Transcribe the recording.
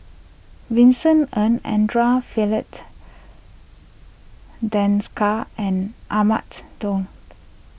Vincent Ng andre fee late Desker and Ahmad's Daud